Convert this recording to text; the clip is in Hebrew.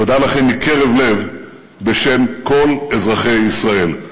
תודה לכם מקרב לב בשם כל אזרחי ישראל.